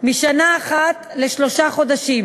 משנה אחת לשלושה חודשים,